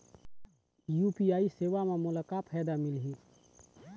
UPI सेवा म मोला का फायदा मिलही?